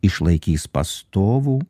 išlaikys pastovų